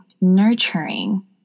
nurturing